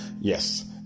yes